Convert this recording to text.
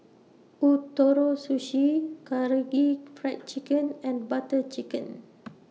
Ootoro Sushi Karaage Fried Chicken and Butter Chicken